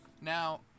Now